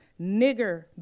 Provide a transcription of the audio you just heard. Nigger